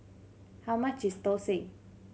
how much is thosai